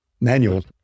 manual